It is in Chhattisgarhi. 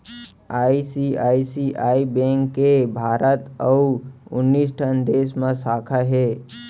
आई.सी.आई.सी.आई बेंक के भारत अउ उन्नीस ठन देस म साखा हे